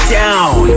down